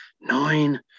Nine